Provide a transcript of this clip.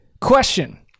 Question